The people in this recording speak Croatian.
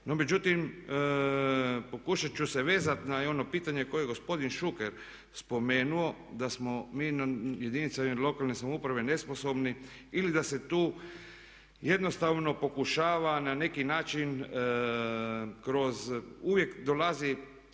međutim, pokušat ću se vezati na ono pitanje koje je gospodin Šuker spomenuo da smo mi u jedinicama lokalne samouprave nesposobni ili da se tu jednostavno pokušava na neki način kroz uvijek dolazi